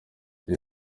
iyo